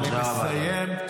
אני מסיים.